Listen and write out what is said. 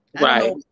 right